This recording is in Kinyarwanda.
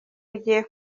bigiye